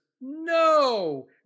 No